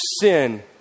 sin